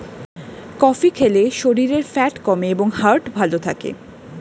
coffee খেলে শরীরের fat কমে এবং হার্ট ভালো থাকে